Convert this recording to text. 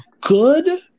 good